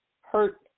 hurt